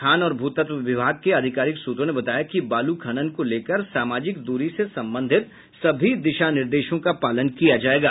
खान और भूतत्व विभाग के आधिकारिक सूत्रों ने बताया कि बालू खनन को लेकर सामाजिक दूरी से संबंधित सभी दिशा निर्देशों का पालन किया जायेगा